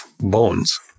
bones